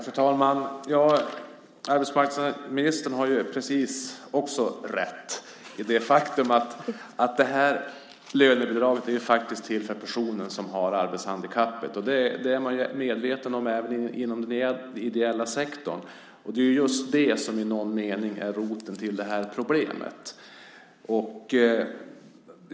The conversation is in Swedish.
Fru talman! Arbetsmarknadsministern har också rätt. Lönebidraget är till för personer som har ett arbetshandikapp. Det är man medveten om även inom den ideella sektorn. Det är just det som i någon mening är roten till det här problemet.